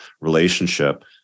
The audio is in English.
relationship